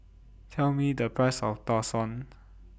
Tell Me The Price of Tau Suan